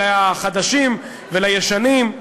לחדשים ולישנים.